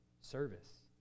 service